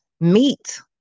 Meat